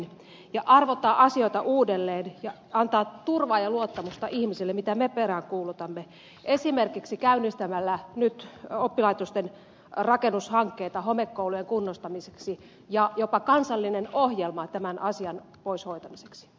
eikö tulisi arvottaa asioita uudelleen ja antaa turvaa ja luottamusta ihmisille mitä me peräänkuulutamme esimerkiksi käynnistämällä nyt oppilaitosten rakennushankkeita homekoulujen kunnostamiseksi ja jopa kansallista ohjelmaa tämän asian pois hoitamiseksi